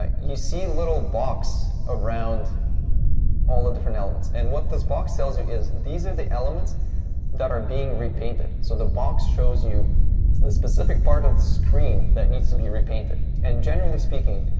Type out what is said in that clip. ah you see a little box around all the different elements. and what this box tells you is these are the elements that are being repainted. so the box shows you the specific part of the screen that needs to be repainted. and generally speaking,